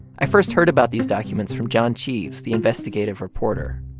i first heard about these documents from john cheves, the investigative reporter.